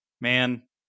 man